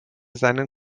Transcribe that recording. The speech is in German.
seinen